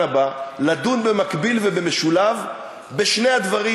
הבא לדון במקביל ובמשולב בשני הדברים,